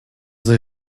they